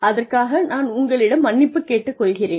அதற்காக நான் உங்களிடம் மன்னிப்பு கேட்டுக்கொள்கிறேன்